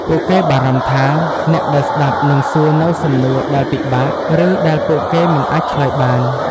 ពួកគេបារម្ភថាអ្នកដែលស្តាប់នឹងសួរនូវសំណួរដែលពិបាក ឬដែលពួកគេមិនអាចឆ្លើយបាន។